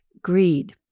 Greed